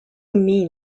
mean